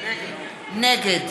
נגד